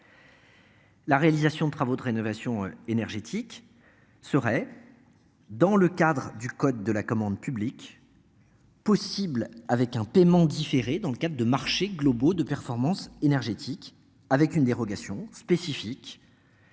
La réalisation de travaux de rénovation énergétique serait. Dans le cadre du code de la commande publique. Possible avec un paiement différé, dans le cadre de marchés globaux de performance énergétique avec une dérogation spécifique.